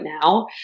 now